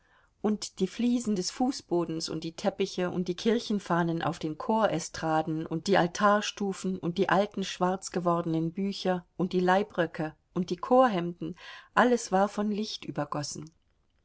und die fliesen des fußbodens und die teppiche und die kirchenfahnen auf den chorestraden und die altarstufen und die alten schwarz gewordenen bücher und die leibröcke und die chorhemden alles war von licht übergossen